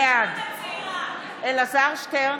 בעד אלעזר שטרן,